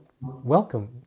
welcome